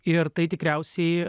ir tai tikriausiai